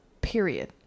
period